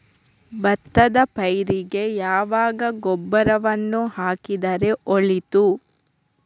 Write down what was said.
ಭತ್ತದ ಪೈರಿಗೆ ಯಾವಾಗ ಗೊಬ್ಬರವನ್ನು ಹಾಕಿದರೆ ಒಳಿತು?